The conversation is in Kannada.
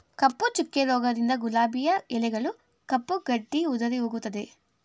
ಕಪ್ಪು ಚುಕ್ಕೆ ರೋಗದಿಂದ ಗುಲಾಬಿಯ ಎಲೆಗಳು ಕಪ್ಪು ಗಟ್ಟಿ ಉದುರಿಹೋಗುತ್ತದೆ